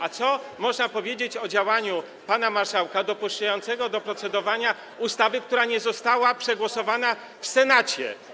A co można powiedzieć o działaniu pana marszałka dopuszczającego do procedowania ustawy, która nie została przegłosowana w Senacie?